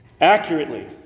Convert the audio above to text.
accurately